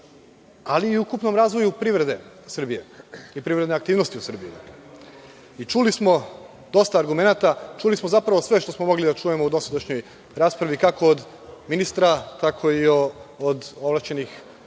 ali i ukupnom razvoju privrede Srbije i privredne aktivnosti u Srbiji. Čuli smo dosta argumenata, zapravo, čuli smo sve što smo mogli da čujemo u dosadašnjoj raspravi, kako od ministra, tako i od ovlašćenih